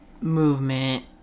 movement